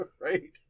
Right